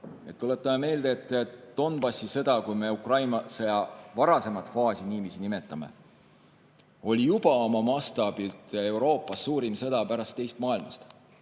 Tuletame meelde, et Donbassi sõda, kui me Ukraina sõja varasemat faasi niiviisi nimetame, oli juba oma mastaabilt Euroopas suurim sõda pärast teist maailmasõda.